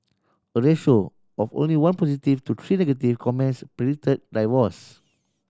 a ratio of only one positive to three negative comments predicted divorce